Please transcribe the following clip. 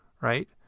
right